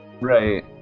Right